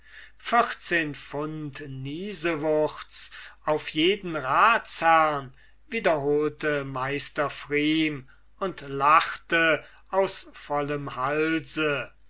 auf jeden ratsherrn wiederholte meister pfrieme und lachte aus vollem halseund